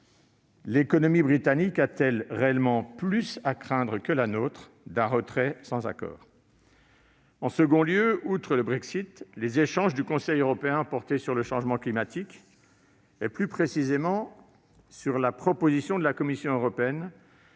L'économie britannique a-t-elle réellement plus à craindre que la nôtre d'un retrait sans accord ? Les débats du Conseil européen ont également porté sur le changement climatique et, plus précisément, sur la proposition de la Commission européenne